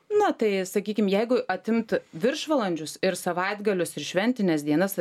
na tai sakykim jeigu atimt viršvalandžius ir savaitgalius ir šventines dienas